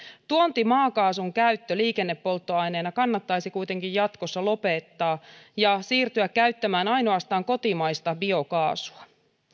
tuontimaakaasun käyttö liikennepolttoaineena kannattaisi kuitenkin jatkossa lopettaa ja siirtyä käyttämään ainoastaan kotimaista biokaasua